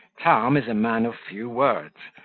tom is a man of few words,